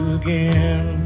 again